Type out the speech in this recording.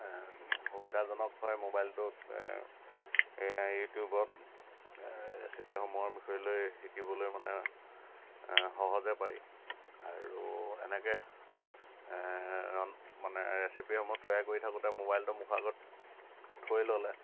সুবিধাজনক হয় ম'বাইলটোত এই ইউটিউবত এই ৰেচিপিসমূহৰ বিষয়ে লৈ শিকিবলৈ মানে সহজে পাৰি আৰু সেনেকৈ মানে ৰেচিপিসমূহ তৈয়াৰ কৰি থাকোঁতে ম'বাইলটো মুখৰ আগত থৈ ল'লে